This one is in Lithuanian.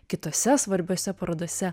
kitose svarbiose parodose